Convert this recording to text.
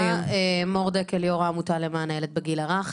שמי מור דקל, יו"ר העמותה למען הילד בגיל הרך.